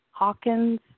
Hawkins